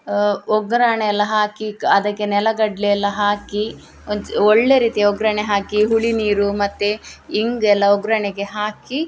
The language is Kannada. ಒಗ್ಗರಣೆ ಎಲ್ಲ ಹಾಕಿ ಅದಕ್ಕೆ ನೆಲಗಡಲೆ ಎಲ್ಲ ಹಾಕಿ ಒಂಚೂ ಒಳ್ಳೆ ರೀತಿಯ ಒಗ್ಗರಣೆ ಹಾಕಿ ಹುಳಿನೀರು ಮತ್ತೆ ಹಿಂಗೆ ಎಲ್ಲ ಒಗ್ಗರಣೆಗೆ ಹಾಕಿ